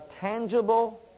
tangible